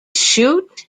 shoot